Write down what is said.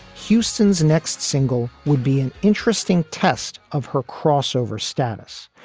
houston's next single would be an interesting test of her crossover status,